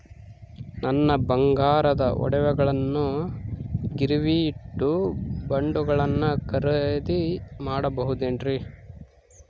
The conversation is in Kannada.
ನನ್ನ ಬಂಗಾರದ ಒಡವೆಗಳನ್ನ ಗಿರಿವಿಗೆ ಇಟ್ಟು ಬಾಂಡುಗಳನ್ನ ಖರೇದಿ ಮಾಡಬಹುದೇನ್ರಿ?